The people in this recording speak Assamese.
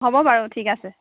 হ'ব বাৰু ঠিক আছে